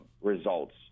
results